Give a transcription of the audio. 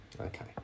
Okay